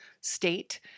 state